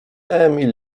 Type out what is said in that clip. emil